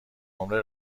نمره